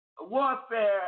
warfare